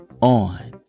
On